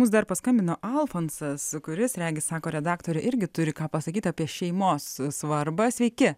mums dar paskambino alfonsas kuris regis sako redaktorei irgi turi ką pasakyti apie šeimos svarbą sveiki